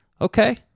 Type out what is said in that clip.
Okay